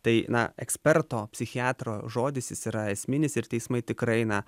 tai na eksperto psichiatro žodis jis yra esminis ir teismai tikrai na